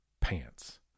pants